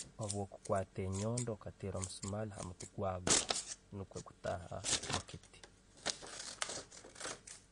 Habwo kukwata enjondo okateera omusumali hamuti gwagwaa nu'kwo okutaaha omukiiti.